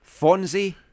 Fonzie